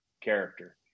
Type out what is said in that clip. character